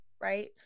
right